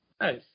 Nice